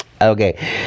Okay